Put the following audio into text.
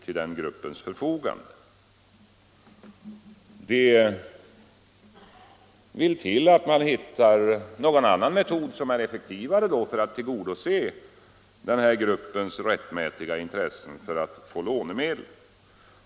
Annars vill det till att hitta någon annan metod som är effektivare för att tillgodose gruppens rättmätiga intressen av att få lånemedel.